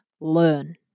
learn